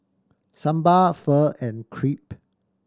Sambar Pho and Crepe